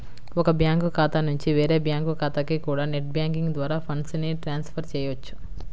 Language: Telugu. ఒక బ్యాంకు ఖాతా నుంచి వేరే బ్యాంకు ఖాతాకి కూడా నెట్ బ్యాంకింగ్ ద్వారా ఫండ్స్ ని ట్రాన్స్ ఫర్ చెయ్యొచ్చు